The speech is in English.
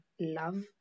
love